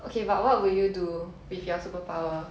okay but what would you do with your superpower